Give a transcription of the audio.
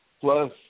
plus